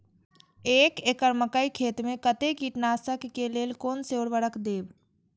एक एकड़ मकई खेत में कते कीटनाशक के लेल कोन से उर्वरक देव?